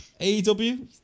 AEW